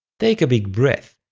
take a big breath,